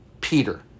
Peter